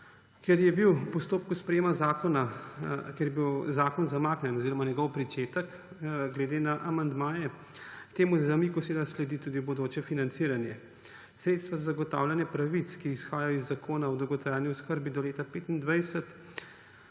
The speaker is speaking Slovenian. Ker je bil v postopku sprejetja zakona zakon zamaknjen oziroma njegov pričetek glede na amandmaje, temu zamiku sledi tudi bodoče financiranje. Sredstva za zagotavljanje pravic, ki izhajajo iz Zakona o dolgotrajni oskrbi do leta 2025,